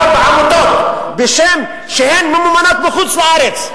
בעמותות בשם זה שהן ממומנות בחוץ-לארץ,